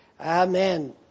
Amen